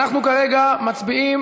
אנחנו כרגע מצביעים